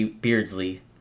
Beardsley